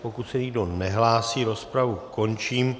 Pokud se nikdo nehlásí, rozpravu končím.